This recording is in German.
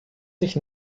sich